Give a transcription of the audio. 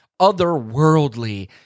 otherworldly